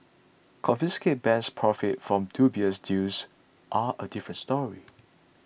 confiscated banks profit from dubious deals are a different story